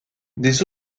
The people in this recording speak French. des